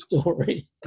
story